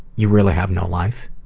you really have no life.